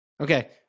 Okay